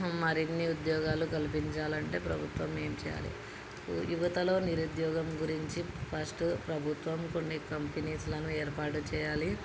మరిన్ని ఉద్యోగాలు కల్పించాలి అంటే ప్రభుత్వం ఏమి చేయాలి యువతలో నిరుద్యోగం గురించి ఫస్ట్ ప్రభుత్వం కొన్ని కంపెనీలను ఏర్పాటు చేయాలి